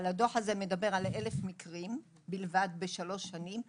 אבל הדוח הזה מדבר על 1,000 מקרים בלבד בשלוש שנים,